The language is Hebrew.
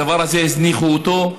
הדבר הזה, הזניחו אותו,